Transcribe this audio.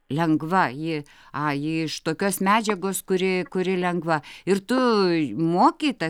lengva ji a ji iš tokios medžiagos kuri kuri lengva ir tu moki ta